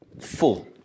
full